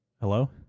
Hello